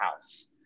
house